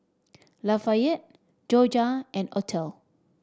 Lafayette Jorja and Othel